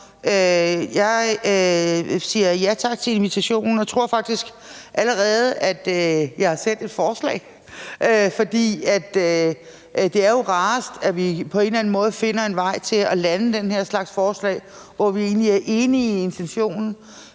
Jeg siger ja tak til invitationen og tror faktisk allerede, at jeg har sendt et forslag, fordi det jo er rarest, at vi på en eller anden måde finder en vej til at lande den her slags forslag, hvor vi egentlig er enige i intentionen,